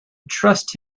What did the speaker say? trust